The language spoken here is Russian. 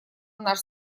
наш